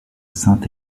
sainte